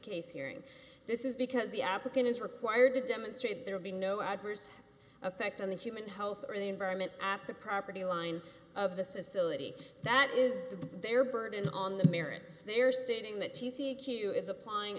case hearing this is because the applicant is required to demonstrate there will be no adverse effect on the human health or the environment at the property line of the facility that is their burden on the parents there stating that she c q is applying